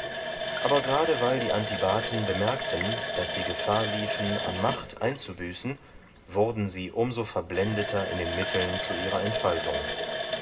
aber gerade weil die antibaten bemerkten daß sie gefahr liefen an macht einzubüßen wurden sie um so verblendeter in den mitteln zu ihrer erhaltung